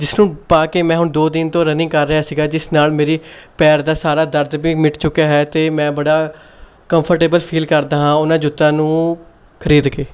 ਜਿਸਨੂੰ ਪਾ ਕੇ ਮੈਂ ਹੁਣ ਦੋ ਦਿਨ ਤੋਂ ਰਨਿੰਗ ਕਰ ਰਿਹਾ ਸੀਗਾ ਜਿਸ ਨਾਲ਼ ਮੇਰੀ ਪੈਰ ਦਾ ਸਾਰਾ ਦਰਦ ਵੀ ਮਿਟ ਚੁੱਕਿਆ ਹੈ ਅਤੇ ਮੈਂ ਬੜਾ ਕੰਫਰਟੇਬਲ ਫੀਲ ਕਰਦਾ ਹਾਂ ਉਹਨਾਂ ਜੁੱਤਿਆਂ ਨੂੰ ਖਰੀਦ ਕੇ